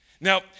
Now